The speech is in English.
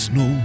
no